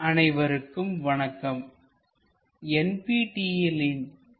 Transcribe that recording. orthographic projection I பகுதி 10 அனைவருக்கும் வணக்கம்